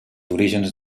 orígens